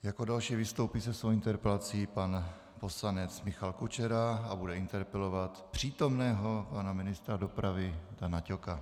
Jako další vystoupí se svou interpelací pan poslanec Michal Kučera a bude interpelovat přítomného pana ministra dopravy Dana Ťoka.